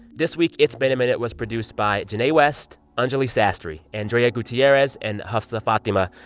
this week, it's been a minute was produced by jinae west, anjuli sastry, andrea gutierrez and hafsa fathima.